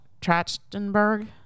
Trachtenberg